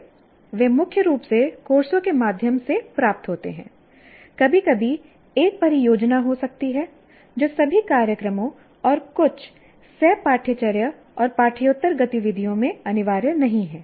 वे मुख्य रूप से कोर्सों के माध्यम से प्राप्त होते हैं कभी कभी एक परियोजना हो सकती है जो सभी कार्यक्रमों और कुछ सह पाठ्यचर्या और पाठ्येतर गतिविधियों में अनिवार्य नहीं है